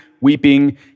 weeping